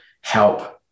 help